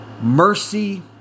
mercy